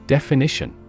Definition